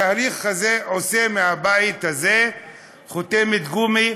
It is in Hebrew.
התהליך הזה עושה מהבית הזה חותמת גומי,